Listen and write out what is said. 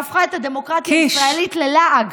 שהפכה את הדמוקרטיה הישראלית ללעג.